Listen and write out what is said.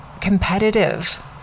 competitive